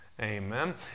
amen